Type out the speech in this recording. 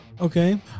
Okay